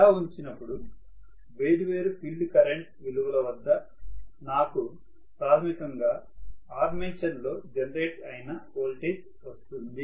ఇలా ఉంచినప్పుడు వేర్వేరు ఫీల్డ్ కరెంట్ విలువల వద్ద నాకు ప్రాథమికంగా ఆర్మేచర్ లో జనరేట్ అయినా వోల్టేజ్ తెలుస్తుంది